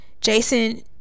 Jason